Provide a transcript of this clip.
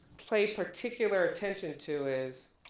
pay particular attention to is,